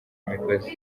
imigozi